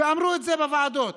ואמרו את זה בוועדות.